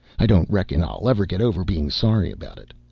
i don't reckon i'll ever get over being sorry about it.